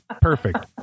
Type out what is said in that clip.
perfect